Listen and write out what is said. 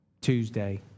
Tuesday